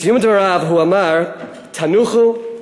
בסיום דבריו הוא אמר: תנוחו,